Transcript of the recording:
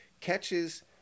catches